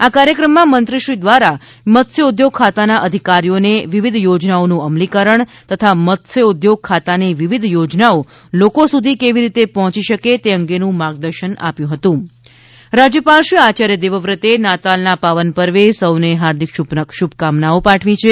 આ કાર્યક્રમમાં મંત્રીશ્રી દ્વારા મત્સ્યોદ્યોગ ખાતાના અધિકારીઓને વિવિધ યોજનાઓનું અમલીકરણ તથા મત્સ્યોદ્યોગ ખાતાની વિવિધ યોજનાઓ લોકો સુધી કેવી રીતે પહોંચી શકે તે અંગેનું માર્ગદર્શન આપ્યુ હતુ રાજ્યપાલશ્રી આચાર્ય દેવવ્રતે નાતાલના પાવન પર્વે સૌને હાર્દિક શુભકામનાઓ પાઠવી છે